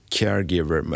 caregiver